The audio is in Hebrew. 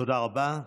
תודה רבה.